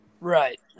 right